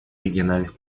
региональных